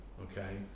okay